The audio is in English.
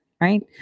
right